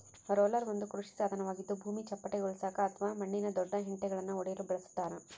roller ಒಂದು ಕೃಷಿ ಸಾಧನವಾಗಿದ್ದು ಭೂಮಿ ಚಪ್ಪಟೆಗೊಳಿಸಾಕ ಅಥವಾ ಮಣ್ಣಿನ ದೊಡ್ಡ ಹೆಂಟೆಳನ್ನು ಒಡೆಯಲು ಬಳಸತಾರ